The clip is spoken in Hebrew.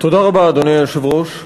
אדוני היושב-ראש,